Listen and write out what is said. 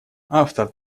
автор